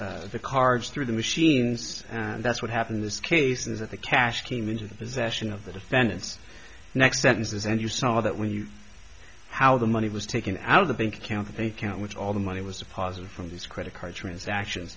running the cards through the machines and that's what happened this case is that the cash came into the possession of the defendant's next sentences and you saw that when you how the money was taken out of the bank account and count which all the money was positive from these credit card transaction